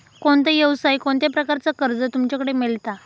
कोणत्या यवसाय कोणत्या प्रकारचा कर्ज तुमच्याकडे मेलता?